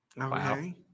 Okay